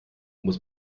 muss